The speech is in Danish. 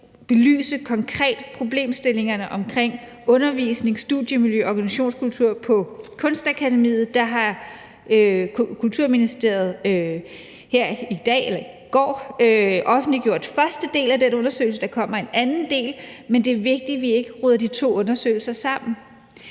belyse problemstillingerne omkring undervisning, studiemiljø og organisationskultur på Kunstakademiet. Der har Kulturministeriet her i dag eller i går offentliggjort første del af den undersøgelse. Der kommer en anden del. Men det er vigtigt, at vi ikke roder de to undersøgelser sammen.